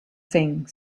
thing